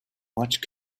much